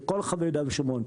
בכל רחבי יהודה ושומרון,